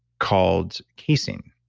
called casein.